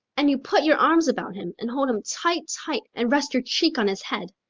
and you put your arms about him and hold him tight, tight, and rest your cheek on his head.